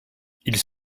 ils